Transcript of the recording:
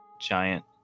giant